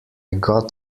got